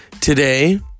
Today